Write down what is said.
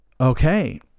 okay